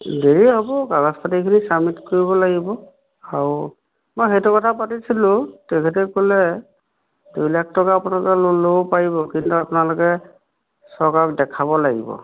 দেৰি হ'ব কাগজ পাতিখিনি চাবমিট কৰিব লাগিব আৰু মই সেইটো কথা পাতিছিলোঁ তেখেতে ক'লে দুই লাখ টকা আপোনালোকে ল'ন ল'ব পাৰিব কিন্তু আপোনালোকে চৰকাৰক দেখাব লাগিব